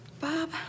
Bob